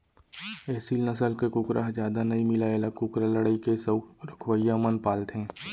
एसील नसल के कुकरा ह जादा नइ मिलय एला कुकरा लड़ई के सउख रखवइया मन पालथें